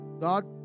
God